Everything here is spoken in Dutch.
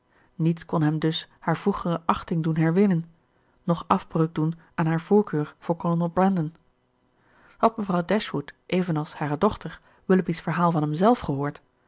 niets kon hem dus haar vroegere achting doen herwinnen noch afbreuk doen aan hare voorkeur voor kolonel brandon had mevrouw dashwood evenals hare dochter willoughby's verhaal van hemzelf gehoord